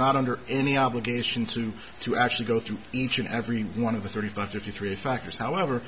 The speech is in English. not under any obligation to to actually go through each and every one of the thirty five fifty three factors however